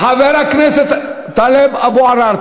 חבר הכנסת טלב אבו עראר,